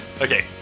Okay